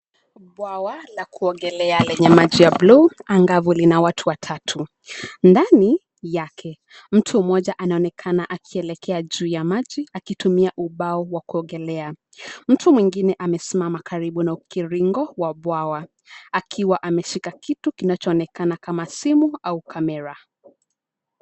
Bwawa la kuogelea lenye maji ya blue cs] angavu lina watu watatu. Ndani yake mtu mmoja anaonekana akielekea juu maji akitumia ubao wa kuogelea. Mtu mwingine akiwa amesimama karibu na ukingo wa bwawa akiwa ameshika kitu kinachoonekana kama simu au kamera.